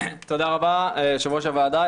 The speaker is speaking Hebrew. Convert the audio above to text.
תודה רבה, יושב-ראש הוועדה.